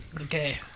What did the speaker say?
Okay